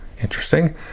Interesting